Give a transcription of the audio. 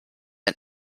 ein